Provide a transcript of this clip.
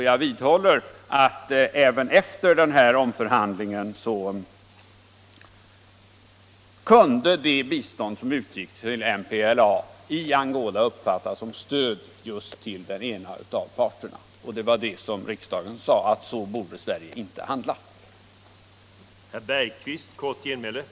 Jag vidhåller att även efter omförhandlingen kunde det bistånd som utgick till MPLA i Angola uppfattas som stöd till den ena av parterna, och det var just så riksdagen sade att Sverige inte borde handla.